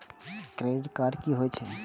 Credit card की होई छै?